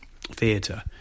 Theatre